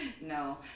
No